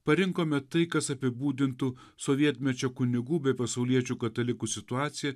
parinkome tai kas apibūdintų sovietmečio kunigų bei pasauliečių katalikų situaciją